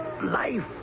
Life